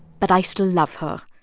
but i still love her.